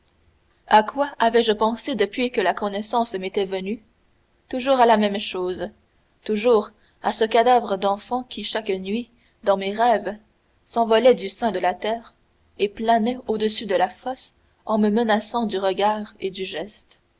à quoi avais-je pensé depuis que la connaissance m'était revenue toujours à la même chose toujours à ce cadavre d'enfant qui chaque nuit dans mes rêves s'envolait du sein de la terre et planait au-dessus de la fosse en me menaçant du regard et du geste